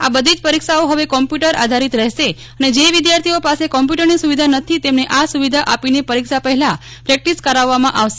આ બધી જ પરીક્ષાઓ હવે કોમ્પ્યુટર આધારિત રહેશે અને જે વિદ્યાર્થીઓ પાસે કોમ્પ્યુટરની સુવિધા નથી તેમને આ સુવિધા આપીને પરીક્ષા પહેલા પ્રેક્ટીસ કરાવવામાં આવશે